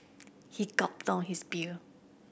he gulped down his beer